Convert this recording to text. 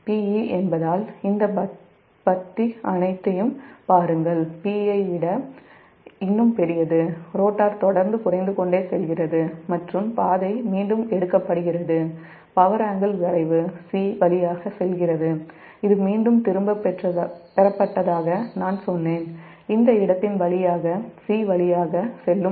Pe என்பதால் இந்த பத்தி அனைத்தையும் பாருங்கள் Pi வை விட இன்னும் பெரியது ரோட்டார் தொடர்ந்து குறைந்து கொண்டே செல்கிறது மற்றும் பாதை மீண்டும் எடுக்கப்படுகிறது பவர் ஆங்கிள் வளைவு 'C' வழியாகச் செல்கிறது இது மீண்டும் திரும்பப் பெறப்பட்டதாக நான் சொன்னேன் இந்த இடத்தின் வழியாக 'C' வழியாக செல்லும்